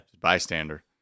bystander